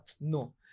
No